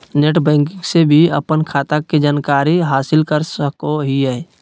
net banking से भी अपन खाता के जानकारी हासिल कर सकोहिये